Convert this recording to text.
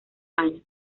años